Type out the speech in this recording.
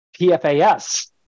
PFAS